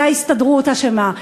ובזה ההסתדרות אשמה.